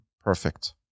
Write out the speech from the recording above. perfect